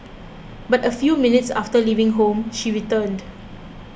but a few minutes after leaving home she returned